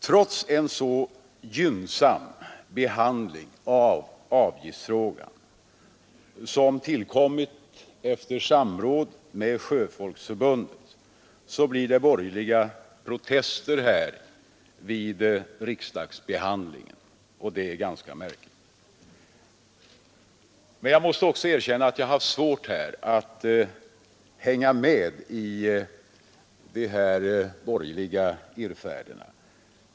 Trots en så gynnsam behandling av avgiftsfrågan som tillkommit efter samråd med Sjöfolksförbundet blir det borgerliga protester vid riksdagsbehandlingen. Det är ganska märkligt. Jag måste också erkänna att jag har svårt att hänga med i de här borgerliga irrfärderna.